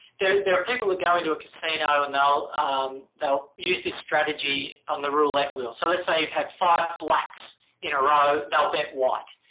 there there are people who go into a casino and um they'll use this strategy on the roulette wheel. so let's say you've had five blacks in a row, they'll bet white.